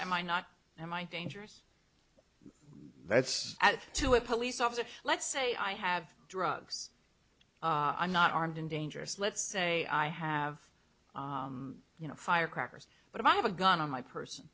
am i not i might dangerous that's at two a police officer let's say i have drugs are not armed and dangerous let's say i have you know firecrackers but if i have a gun on my person